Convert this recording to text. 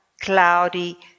cloudy